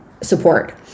support